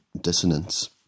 dissonance